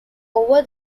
over